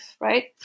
right